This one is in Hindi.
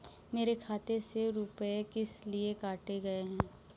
मेरे खाते से रुपय किस लिए काटे गए हैं?